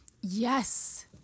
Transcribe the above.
Yes